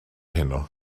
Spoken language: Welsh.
heno